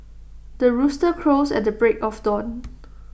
the rooster crows at the break of dawn